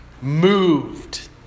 moved